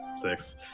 Six